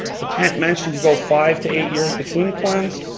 so kent mentioned you go five to eight years between plans.